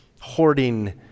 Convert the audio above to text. hoarding